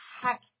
heck